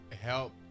help